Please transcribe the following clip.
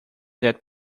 that